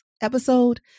episode